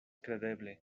kredeble